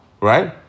right